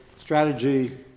strategy